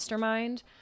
mastermind